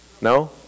No